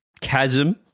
chasm